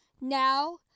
Now